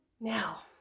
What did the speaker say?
Now